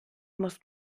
muss